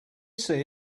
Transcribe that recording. see